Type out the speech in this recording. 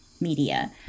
media